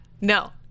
No